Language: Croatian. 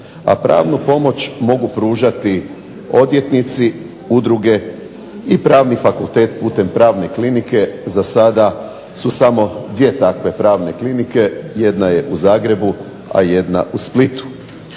a pravnu pomoć mogu pružati odvjetnici, udruge i pravni fakultet putem pravne klinike. Za sada su samo dvije takve pravne klinike, jedna je u Zagrebu, a jedna u Splitu.